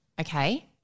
Okay